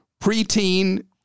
preteen